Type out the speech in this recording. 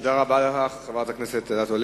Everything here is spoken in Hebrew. תודה רבה לך, חברת הכנסת אדטו.